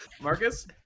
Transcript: Marcus